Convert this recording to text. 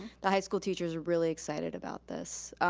the high school teachers are really excited about this.